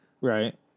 right